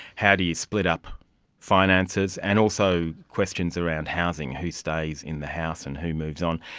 how do you split up finances, and also questions around housing, who stays in the house and who moves on.